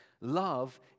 love